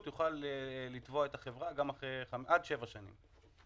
שיוכל לתבוע את החברה עד שבע שנים.